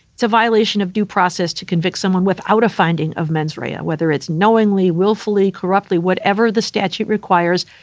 it's a violation of due process to convict someone without a finding of mens rea. ah whether it's knowingly, willfully, corruptly, whatever the statute requires,